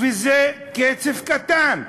וזה כסף קטן,